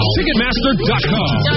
Ticketmaster.com